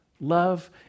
Love